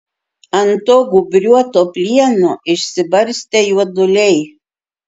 ant to gūbriuoto plieno išsibarstę juoduliai